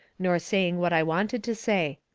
nor saying what i wanted to say.